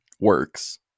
works